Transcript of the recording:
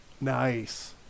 Nice